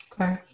Okay